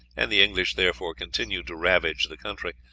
and the english therefore continued to ravage the country,